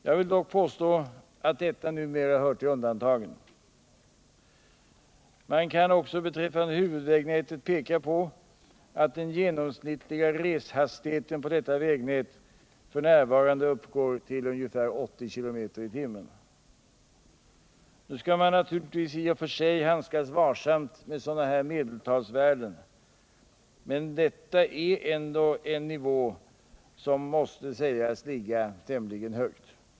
Jag vill dock påstå att detta numera hör till undantagen. Man kan också beträffande huvudvägnätet peka på att den genomsnittliga reshastigheten på detta vägnät f. n. uppgår till ca 80 km/tim. Nu skall man i och för sig handskas varsamt med medeltalsvärden, men detta pekar ändå på en nivå som måste sägas ligga tämligen högt.